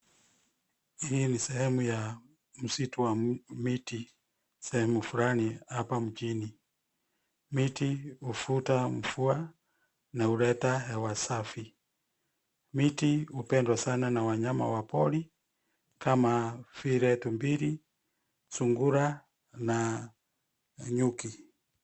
Hii ni sehemu ya msitu wa miti sehemu fulani hapa mjini. Miti huvuta mvua na huleta hewa safi. Miti hupendwa sana na wanyama wa pori kama vile tumbili, sungura na nyuki.